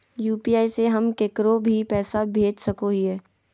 UPI से हम केकरो भी पैसा भेज सको हियै?